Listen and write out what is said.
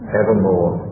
evermore